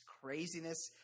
craziness